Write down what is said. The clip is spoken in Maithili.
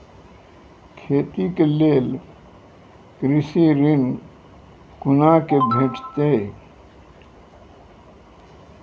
खेती के लेल कृषि ऋण कुना के भेंटते?